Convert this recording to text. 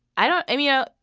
i don't i mean, yeah